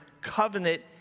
covenant